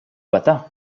battant